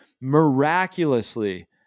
miraculously